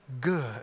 good